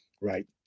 Right